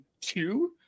two